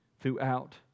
Throughout